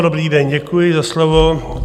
Dobrý den, děkuji za slovo.